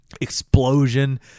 Explosion